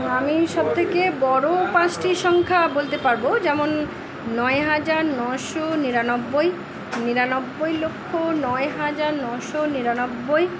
আ মি সব থেকে বড়ো পাঁচটি সংখ্যা বলতে পারবো যেমন নয় হাজার নশো নিরানব্বই নিরানব্বই লক্ষ নয় হাজার নশো নিরানব্বই